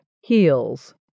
heels